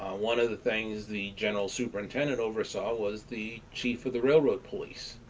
one of the things the general superintendent oversaw was the chief of the railroad police.